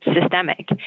systemic